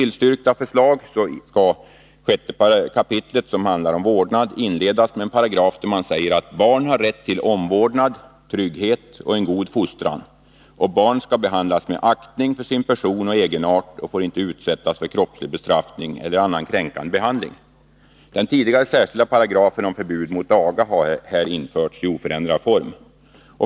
balken, som handlar om vårdnad, inledas med en paragraf där det sägs: ”Barn har rätt till omvårdnad, trygghet och en god fostran. Barn skall behandlas med aktning för sin person och egenart och får inte utsättas för kroppslig bestraffning eller annan kränkande behandling.” Den tidigare särskilda paragrafen om förbud mot aga har här införts i oförändrad form.